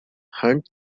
hunt